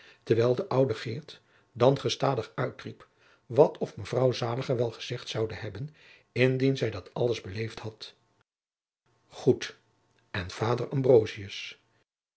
terwijl de oude geert dan gestadig uitriep wat of mevrouw zaliger wel gezegd zoude hebben indien zij dat alles beleefd had goed en vader